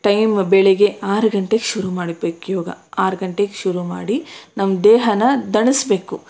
time ಬೆಳಗ್ಗೆ ಆರು ಗಂಟೆಗೆ ಶುರು ಮಾಡ್ಬೇಕು ಯೋಗ ಆರು ಗಂಟೆಗೆ ಶುರು ಮಾಡಿ ನಮ್ಮ ದೇಹನ ದಣಿಸ್ಬೇಕು